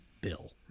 bill